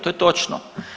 To je točno.